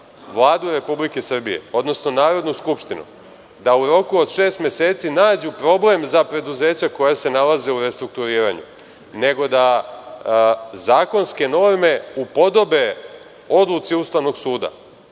Vladu Republike Srbije, odnosno Narodnu skupštinu da u roku od šest meseci nađu problem za preduzeća koja se nalaze u restrukturiranju, nego da zakonske norme upodobe Odluci Ustavnog suda.